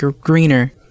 greener